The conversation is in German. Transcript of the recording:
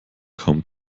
kaum